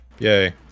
Yay